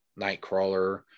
Nightcrawler